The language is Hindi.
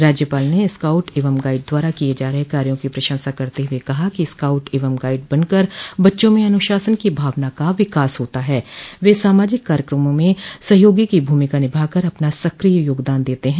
राज्यपाल ने स्काउट एवं गाइड द्वारा किये जा रहे कार्यो की प्रशंसा करते हुए कहा कि स्काउट एवं गाइड बनकर बच्चों में अन्शासन की भावना का विकास होता है तथा वे सामाजिक कार्यक्रमों में सहयोगी की भूमिका निभाकर अपना सक्रिय योगदान देते हैं